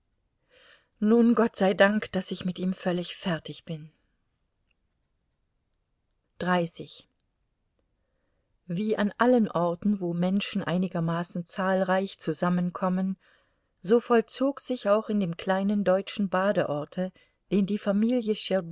nun gott sei dank daß ich mit ihm völlig fertig bin wie an allen orten wo menschen einigermaßen zahlreich zusammenkommen so vollzog sich auch in dem kleinen deutschen badeorte den die familie